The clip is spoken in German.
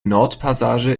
nordpassage